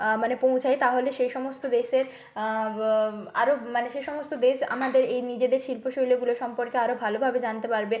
মানে পৌঁছায় তাহলে সেই সমস্ত দেশের আরও মানে সে সমস্ত দেশ আমাদের এই নিজেদের শিল্পশৈলীগুলোর সম্পর্কে আরও ভালোভাবে জানতে পারবে